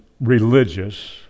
religious